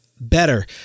better